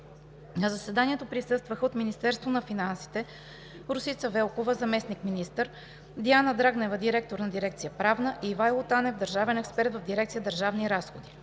На заседанието присъстваха от: Министерството на финансите – Росица Велкова – заместник-министър, Диана Драгнева – директор на Дирекция „Правна“, и Ивайло Танев – държавен експерт в Дирекция „Държавни разходи“;